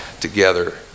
together